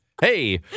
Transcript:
Hey